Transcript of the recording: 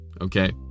Okay